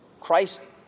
Christ